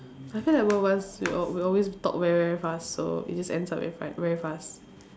I feel like both of us we al~ we always talk very very fast so it just ends up very fa~ very fast